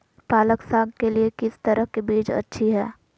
पालक साग के लिए किस तरह के बीज अच्छी है?